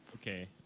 Okay